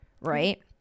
right